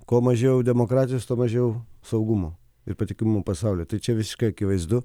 kuo mažiau demokratijos tuo mažiau saugumo ir patikimų pasaulio tai čia visiškai akivaizdu